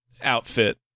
outfit